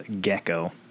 Gecko